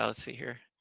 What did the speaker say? ah see here.